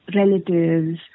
relatives